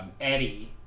Eddie